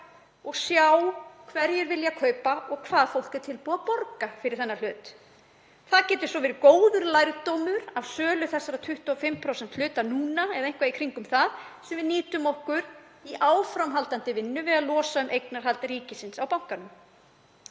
og sjá hverjir vilja kaupa og hvað fólk er tilbúið að borga fyrir þennan hlut. Það getur svo verið góður lærdómur af sölu þessa 25% hlutar, eða eitthvað í kringum það, sem við nýtum okkur í áframhaldandi vinnu við að losa um eignarhald ríkisins á bankanum.